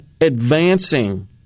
advancing